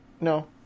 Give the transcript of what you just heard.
No